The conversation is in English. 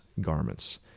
garments